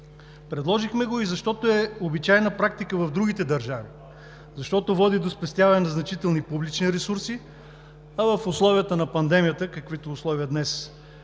Предложихме го и защото е обичайна практика в другите държави, защото води до спестяване на значителни публични ресурси, а в условията на пандемията, в каквито днес